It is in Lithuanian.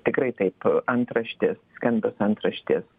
tikrai taip antraštės skambios antraštės